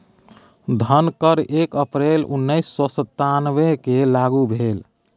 धन कर एक अप्रैल उन्नैस सौ सत्तावनकेँ लागू भेल